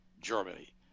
Germany